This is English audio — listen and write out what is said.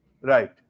right